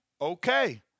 okay